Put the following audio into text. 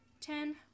ten